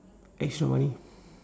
extra money